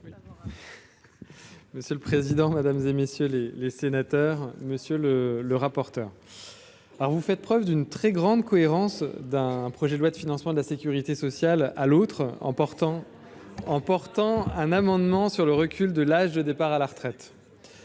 Mais c'est le président, mesdames et messieurs les les sénateurs, monsieur le le rapporteur. Alors, vous faites preuve d'une très grande cohérence d'un projet de loi de financement de la Sécurité sociale à l'autre en portant en portant un amendement sur le recul de l'âge de départ à la retraite,